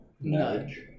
nudge